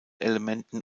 elementen